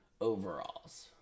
overalls